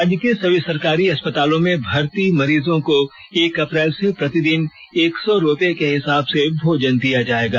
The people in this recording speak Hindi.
राज्य के सभी सरकारी अस्पतालों में भर्ती मरीजों को एक अप्रैल से प्रतिदिन एक सौ रुपए के हिसाब से भोजन दिया जाएगा